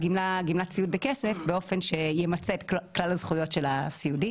גמלת סיעוד בכסף באופן שימצה את כלל הזכויות של הסיעודי.